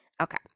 okay